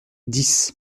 dix